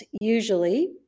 usually